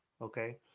okay